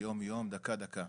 יום-יום דקה-דקה.